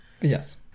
Yes